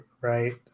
right